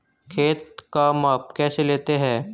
खेत का माप कैसे लेते हैं?